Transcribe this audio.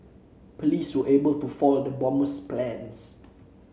police were able to foil the bomber's plans